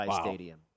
Stadium